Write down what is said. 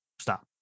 Stop